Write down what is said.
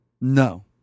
No